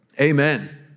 Amen